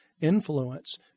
influence